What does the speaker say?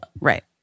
Right